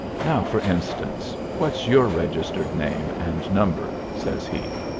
now, for instance, what's your registered name and number? says he.